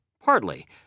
Partly